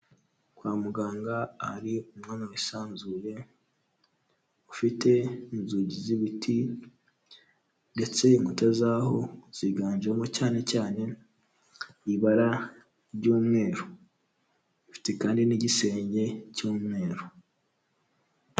Kwa muganga ahari umwanya wisanzuye, ufite inzugi z'ibiti ndetse inkuta zaho ziganjemo cyane cyane ibara ry'umweru, ifite kandi n'igisenge cy'umweru.